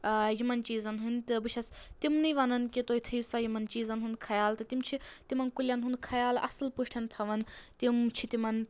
یِمن چیٖزَن ہٕنٛدۍ تہٕ بہٕ چھَس تِمنٕے وَنَان کہِ تُہۍ تھٲیِو سا یِمَن چیٖزَن ہُنٛد خیال تہٕ تِم چھِ تِمَن کُلؠن ہُنٛد خیال اَصٕل پٲٹھۍ تھاوَان تِم چھِ تِمَن